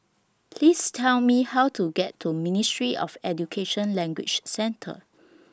Please Tell Me How to get to Ministry of Education Language Centre